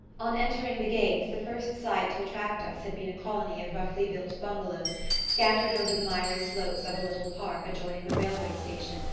on entering the gates, the first sight to attract us had been a colony of roughly-built bungalows scattered over the miry slopes of a little park adjoining the railway station,